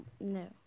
no